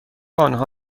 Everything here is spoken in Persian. آنها